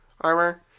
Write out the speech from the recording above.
armor